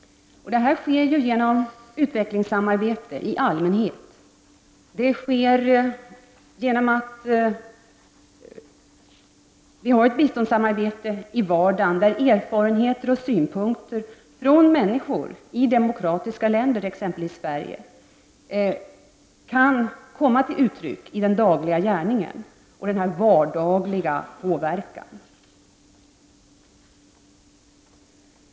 Detta sker genom utvecklingssamarbete i allmänhet, och det sker genom att vi har ett biståndssamarbete i vardagen, där erfarenheter och synpunkter från människor i demokratiska länder, t.ex. Sverige, kan komma till uttryck i den dagliga gärningen. Det är alltså fråga om en vardaglig påverkan.